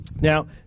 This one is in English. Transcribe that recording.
Now